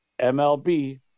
MLB